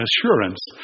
assurance